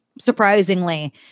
surprisingly